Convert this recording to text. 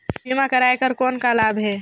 बीमा कराय कर कौन का लाभ है?